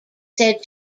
said